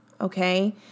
okay